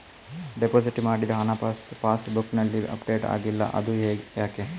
Deposit ಮಾಡಿದ ಹಣ ಪಾಸ್ ಬುಕ್ನಲ್ಲಿ ಅಪ್ಡೇಟ್ ಆಗಿಲ್ಲ ಅದು ಯಾಕೆ?